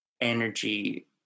energy